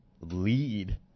lead